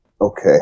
Okay